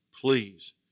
please